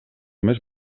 més